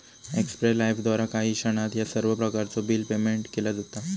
एक्स्पे लाइफद्वारा काही क्षणात ह्या सर्व प्रकारचो बिल पेयमेन्ट केला जाता